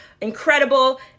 incredible